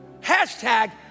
Hashtag